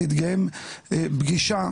תתקיים פגישה